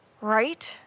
right